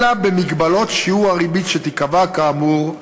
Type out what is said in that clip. אלא במגבלות שיעור הריבית שייקבע, כאמור,